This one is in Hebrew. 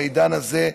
בעידן הזה,